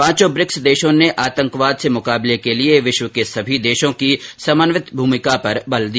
पांचों ब्रिक्स देशों ने आतंकवाद से मुकाबले के लिये विश्व के सभी देशों की समन्वित भूमिका पर बल दिया